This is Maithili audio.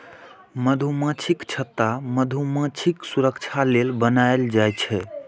मधुमाछीक छत्ता मधुमाछीक सुरक्षा लेल बनाएल जाइ छै